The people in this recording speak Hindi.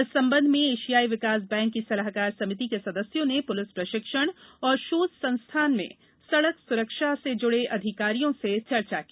इस संबंध में एशियाई विकास बैंक की सलाहकार समिति के सदस्यों ने पुलिस प्रशिक्षण और शोध संस्थान में सड़क सुरक्षा से जुड़े अधिकारियों से चर्चा की